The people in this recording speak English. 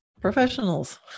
professionals